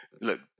look